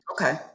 Okay